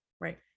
Right